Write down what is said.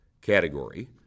category